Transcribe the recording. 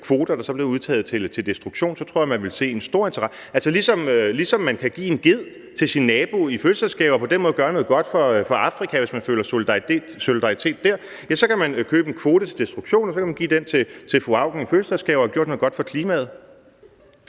kvoter, der så er blevet udtaget til destruktion, tror jeg, at vi ville se en stor interesse for det – ligesom man kan give en ged til sin nabo i fødselsdagsgave og på den måde gøre noget godt for Afrika, hvis man føler solidaritet med dem, kan man købe en kvote til destruktion, og så kan man give den til fru Ida Auken i fødselsdagsgave og have gjort noget godt for klimaet.